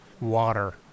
water